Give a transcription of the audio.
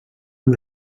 amb